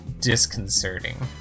disconcerting